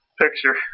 picture